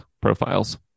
profiles